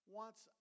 wants